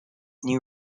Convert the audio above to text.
new